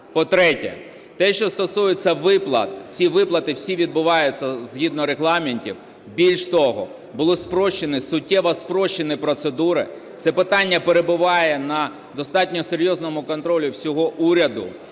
По-третє, те, що стосується виплат, ці виплати всі відбуваються згідно регламентів. Більше того, були спрощені, суттєво спрощені процедури, це питання перебуває на достатньо серйозному контролі всього уряду